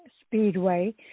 Speedway